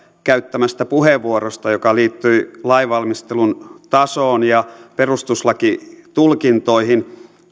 käyttämästä puheenvuorosta joka liittyi lainvalmistelun tasoon ja perustuslakitulkintoihin